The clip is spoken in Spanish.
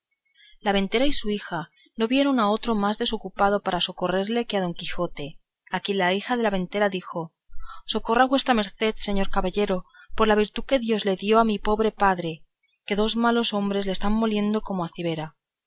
la ventera y su hija no vieron a otro más desocupado para poder socorrerle que a don quijote a quien la hija de la ventera dijo socorra vuestra merced señor caballero por la virtud que dios le dio a mi pobre padre que dos malos hombres le están moliendo como a cibera